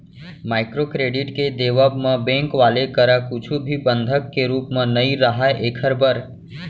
micro credit के देवब म बेंक वाले करा कुछु भी बंधक के रुप म नइ राहय ऐखर बर